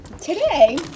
today